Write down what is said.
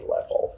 level